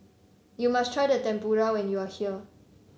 you must try Tempura when you are here